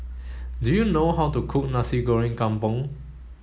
do you know how to cook Nasi Goreng Kampung